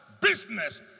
business